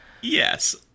Yes